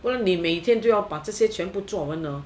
well 你每天都要把这些全部做完呢